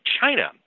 China